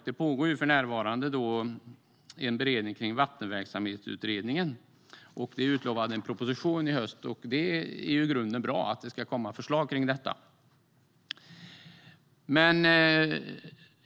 Det pågår alltså för närvarande en beredning kring Vattenverksamhetsutredningen. En proposition är utlovad i höst, och det är i grunden bra att det ska komma förslag kring detta.